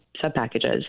sub-packages